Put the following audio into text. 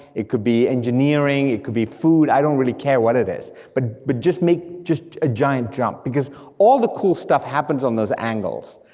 it could be engineering, it could be food, i don't really care what it is, but but just make just make a giant jump, because all the cool stuff happens on those angles.